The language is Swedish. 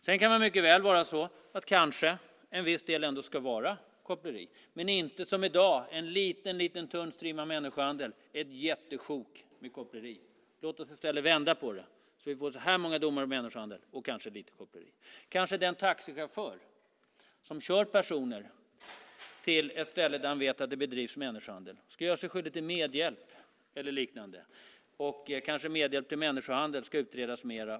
Sedan kan det mycket väl vara så att en viss del kanske ändå ska vara koppleri. Men det ska inte vara som i dag, en liten tunn strimma människohandel och ett jättesjok av koppleri. Låt oss i stället vända på det, så att vi får fler domar om människohandel och kanske lite koppleri. Taxichaufförer som kör personer till ett ställe där de vet att det bedrivs människohandel ska kanske göras skyldiga till medhjälp eller liknande. Kanske ska medhjälp till människohandel utredas mer.